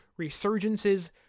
resurgences